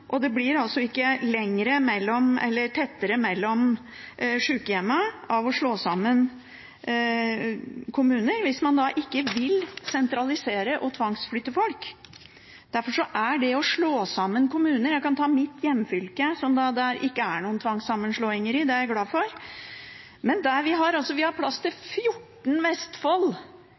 fattiglus, de blir ikke rike av den grunn. Og det blir altså ikke tettere mellom sykehjemmene av å slå sammen kommuner, hvis man da ikke vil sentralisere og tvangsflytte folk. Jeg kan ta mitt hjemfylke, som det da ikke er noen tvangssammenslåinger i. Det er jeg glad for. Men vi har plass til 14 x Vestfold